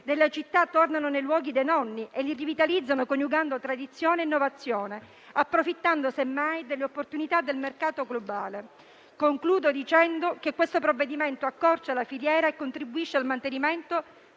dalla città tornano nei luoghi dei nonni e li rivitalizzano coniugando tradizione e innovazione, approfittando semmai delle opportunità del mercato globale. Concludo il mio intervento dicendo che il provvedimento in discussione accorcia la filiera e contribuisce al mantenimento